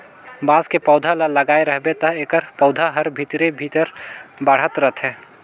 बांस के पउधा ल लगाए रहबे त एखर पउधा हर भीतरे भीतर बढ़ात रथे